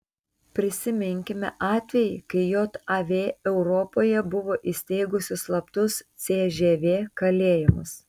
prisiminkime atvejį kai jav europoje buvo įsteigusi slaptus cžv kalėjimus